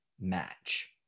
match